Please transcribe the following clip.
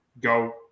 go